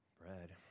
bread